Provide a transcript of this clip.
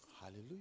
Hallelujah